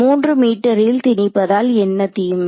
மூன்று மீட்டரில் திணிப்பதால் என்ன தீமை